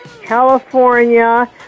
California